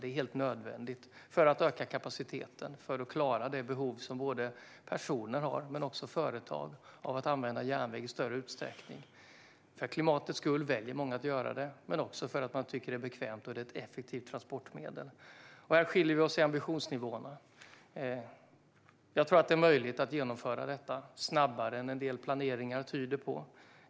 Det är helt nödvändigt för att öka kapaciteten och för att klara de behov som både personer och företag har av att använda järnväg i större utsträckning. Många väljer järnvägen för klimatets skull, men också för att man tycker att det är bekvämt och ett effektivt transportmedel. Här skiljer vi oss i ambitionsnivå. Jag tror att det är möjligt att genomföra detta snabbare än vad en del planeringar tyder på.